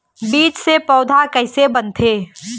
बीज से पौधा कैसे बनथे?